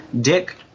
Dick